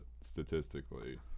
Statistically